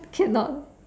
cannot